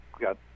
got